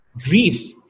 Grief